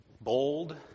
bold